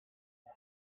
дээ